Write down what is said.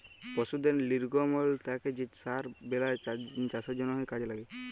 পশুদের লির্গমল থ্যাকে যে সার বেলায় চাষের জ্যনহে কাজে ল্যাগে